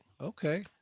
okay